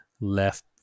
left